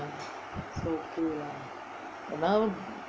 now